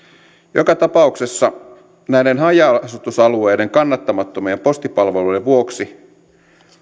joka tapauksessa näiden haja asutusalueiden kannattamattomien postipalveluiden vuoksi